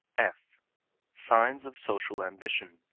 f signs of social ambition.